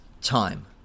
time